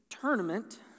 tournament